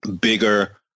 bigger